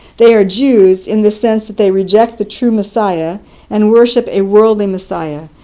they are jews in the sense that they reject the true messiah and worship a worldly messiah,